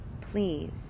please